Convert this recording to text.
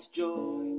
joy